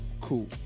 Cool